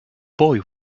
boy